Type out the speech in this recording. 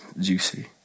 juicy